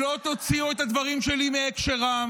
לא תוציאו את הדברים שלי מהקשרם.